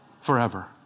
forever